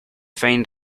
find